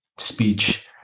Speech